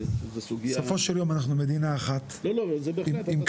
בסופו של יום אנחנו מדינה אחת עם כמה